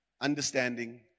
understanding